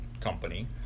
company